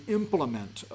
implement